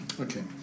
Okay